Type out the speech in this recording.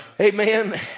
Amen